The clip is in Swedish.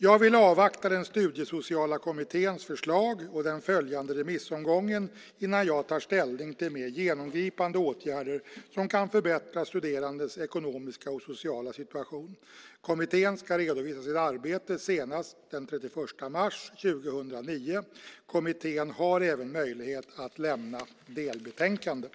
Jag vill avvakta den studiesociala kommitténs förslag och den följande remissomgången innan jag tar ställning till mer genomgripande åtgärder som kan förbättra studerandes ekonomiska och sociala situation. Kommittén ska redovisa sitt arbete senast den 31 mars 2009. Kommittén har även möjlighet att lämna delbetänkanden.